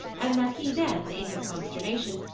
and that he then, in his consternation,